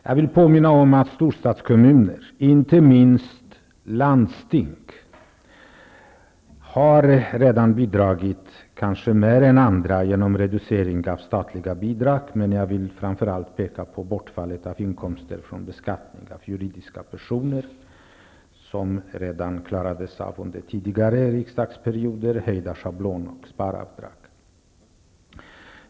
Jag vill påminna om att storstadskommuner, inte minst landsting, redan har bidragit -- kanske mer än andra -- genom reduceringar av statliga bidrag, men jag vill framför allt peka på bortfallet av inkomster från beskattning av juridiska personer, som redan klarades av under tidigare riksdagsperioder, samt höjda schablon och sparavdrag.